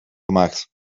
gemaakt